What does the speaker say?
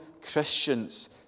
Christians